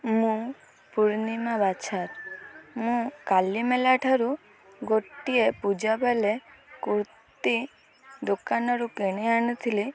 ମୁଁ ପୂର୍ଣ୍ଣିମା ବାଛାର ମୁଁ କାଲି ମେଳାଠାରୁ ଗୋଟିଏ ପୂଜାପଲେ କୁର୍ତ୍ତୀ ଦୋକାନରୁ କିଣି ଆଣିଥିଲି